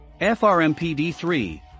FRMPD3